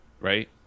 Right